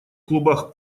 клубах